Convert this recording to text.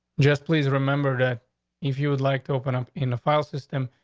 just please remember that if you would like to open up in the file system,